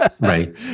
Right